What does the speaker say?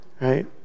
Right